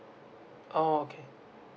oh okay